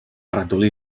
ratolí